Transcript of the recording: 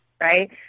right